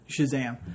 Shazam